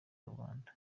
rubanda